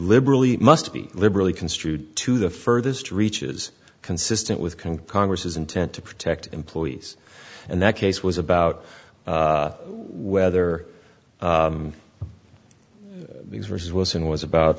liberally must be liberally construed to the furthest reaches consistent with can congress's intent to protect employees and that case was about whether these verses was and was about